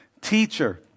teacher